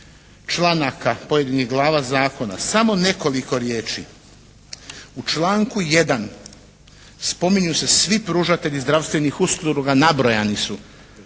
članaka, pojedinih glava zakona, samo nekoliko riječi. U članku 1. spominju se svi pružatelji zdravstvenih usluga nabrojani su,